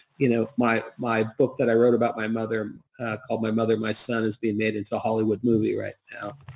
you know my my book that i wrote about my mother called my mother and my son is being made into a hollywood movie right now.